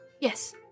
yes